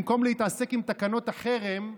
במקום להתעסק בתקנות החרם,